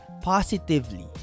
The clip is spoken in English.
Positively